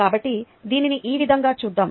కాబట్టి దీనిని ఈ విధంగా చూద్దాం